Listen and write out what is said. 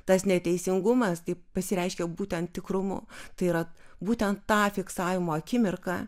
tas neteisingumas taip pasireiškia būtent tikrumu tai yra būtent tą fiksavimo akimirką